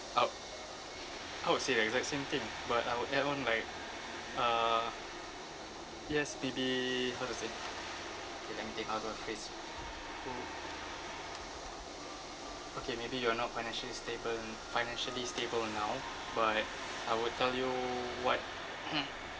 I wou~ I would say the exact same thing but I would add on like uh yes did they how to say K let me think how do I phrase okay maybe you're not financially stable financially stable now but I would tell you what